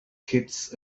kids